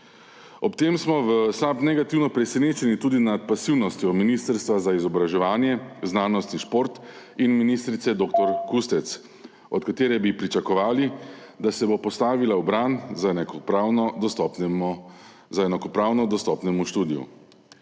Ob tem smo v SAB negativno presenečeni tudi nad pasivnostjo Ministrstva za izobraževanje, znanost in šport ter ministrice dr. Kustec, od katere bi pričakovali, da se bo postavila v bran za enakopravno dostopnemu študiju.